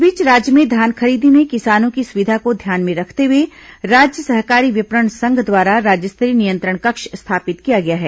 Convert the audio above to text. इस बीच राज्य में धान खरीदी में किसानों की सुविधा को ध्यान में रखते हुए राज्य सहकारी विपणन संघ द्वारा राज्य स्तरीय नियंत्रण कक्ष स्थापित किया गया है